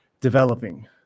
developing